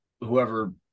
whoever